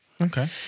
Okay